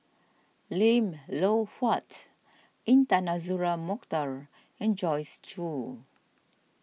Lim Loh Huat Intan Azura Mokhtar and Joyce Jue